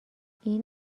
این